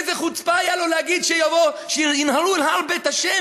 איזו חוצפה הייתה לו להגיד שינהרו אל הר בית ה',